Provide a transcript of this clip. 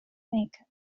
maker